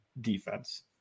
defense